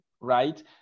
right